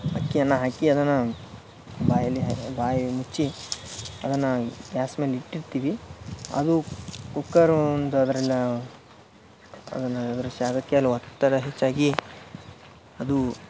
ಅಕ್ಕಿ ಅನ್ನ ಹಾಕಿ ಅದನ್ನು ಬಾಯಲ್ಲಿ ಬಾಯಿ ಮುಚ್ಚಿ ಅದನ್ನು ಗ್ಯಾಸ್ ಮೇಲೆ ಇಟ್ಟಿರ್ತೀವಿ ಅದು ಕುಕ್ಕರ್ ಒಂದು ಅದನ್ನು ಅದನ್ನು ಅದರ ಜಾಗಕ್ಕೆ ಅಲ್ಲಿ ಒತ್ತಡ ಹೆಚ್ಚಾಗಿ ಅದು